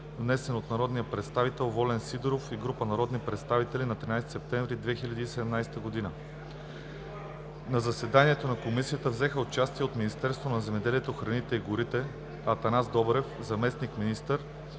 внесен от народния представител Волен Сидеров и група народни представители на 13 септември 2017 г. В заседанието на Комисията взеха участие от Министерството на земеделието, храните и горите: Атанас Добрев – заместник-министър,